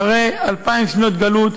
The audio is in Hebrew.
אחרי אלפיים שנות גלות,